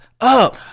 up